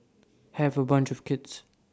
have A bunch of kids